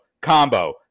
combo